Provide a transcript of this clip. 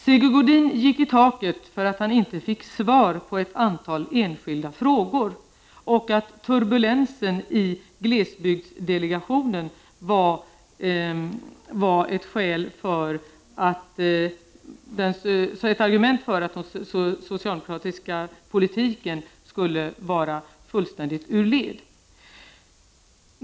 Sigge Godin gick i taket så att säga därför att han inte fick svar på ett antal enskilda frågor och hävdade att turbulensen i glesbygdsdelegationen var ett argument för att den socialdemokratiska politiken skulle vara fullkomligt ur led.